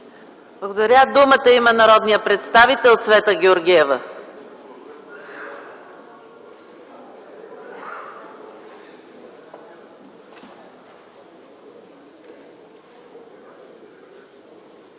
Благодаря. Има думата народният представител Цвета Георгиева.